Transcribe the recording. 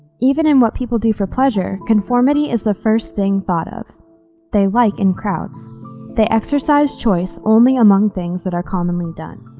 even in what people do for pleasure, conformity is the first thing thought of they like in crowds they exercise choice only among things that are commonly done